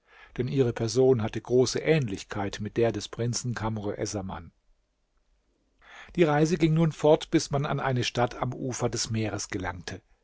denn ihre person hatte große ähnlichkeit mit der des prinzen kamr essaman die reise ging nun fort bis man an eine stadt am ufer des meeres gelangte